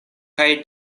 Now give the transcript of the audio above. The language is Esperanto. kaj